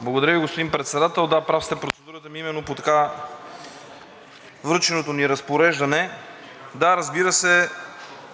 Благодаря Ви, господин Председател. Да, прав сте, процедурата ми е именно по така връченото ни Разпореждане. Да, разбира се,